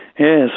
Yes